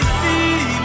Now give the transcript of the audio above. see